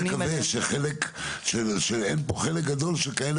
בואו נקווה שאין פה חלק גדול של כאלה